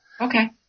Okay